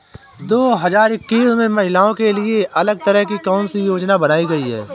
दो हजार इक्कीस में महिलाओं के लिए अलग तरह की कौन सी योजना बनाई गई है?